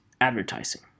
advertising